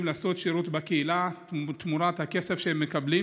לעשות שירות בקהילה תמורת הכסף שהם מקבלים.